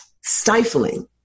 stifling